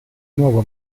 nuovo